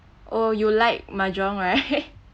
oh you like mahjong right